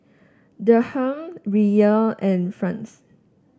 Dirham Riyal and France